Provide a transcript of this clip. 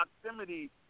proximity